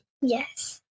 Yes